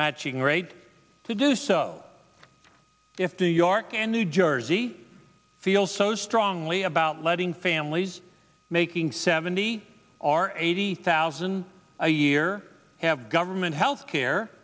matching rate to do so if the york and new jersey feel so strongly about letting families making seventy or eighty thousand a year have government health care